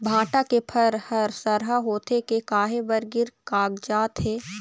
भांटा के फर हर सरहा होथे के काहे बर गिर कागजात हे?